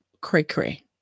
cray-cray